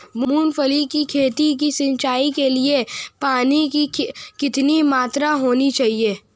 मूंगफली की खेती की सिंचाई के लिए पानी की कितनी मात्रा होनी चाहिए?